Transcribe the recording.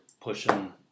pushing